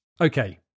Okay